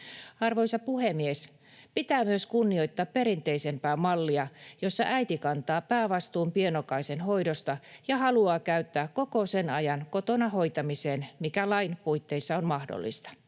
Arvoisa puhemies! Pitää myös kunnioittaa perinteisempää mallia, jossa äiti kantaa päävastuun pienokaisen hoidosta ja haluaa käyttää koko sen ajan kotona hoitamiseen, mikä lain puitteissa on mahdollista.